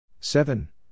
Seven